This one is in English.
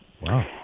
Wow